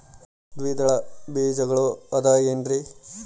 ದ್ವಿದಳ ಬೇಜಗಳು ಅಂದರೇನ್ರಿ?